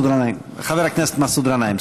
חבר הכנסת מסעוד גנאים.